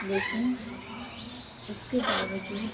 لیکن اس کے باوجود